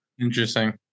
Interesting